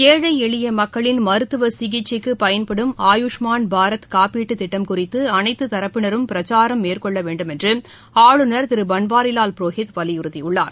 ஏழை எளிய மக்களின் மருத்துவ சிகிச்சைக்கு பயன்படும் ஆயுஷ்மான் பாரத் காப்பீட்டு திட்டம் குறித்து அனைத்து தரப்பினரும் பிரச்சாரம் மேற்கொள்ள வேண்டும் என்று ஆளுநர் திரு பன்வாரிவால் புரோஹித் வலியுறுத்தியுள்ளார்